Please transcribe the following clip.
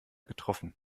getroffen